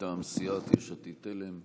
מטעם סיעת יש עתיד-תל"ם,